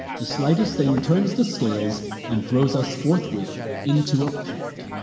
the slightest thing turns the scales and throws us forthwith into a panic.